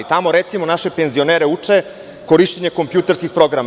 Tamo recimo, naše penzionere uče korišćenje kompjuterskih programa.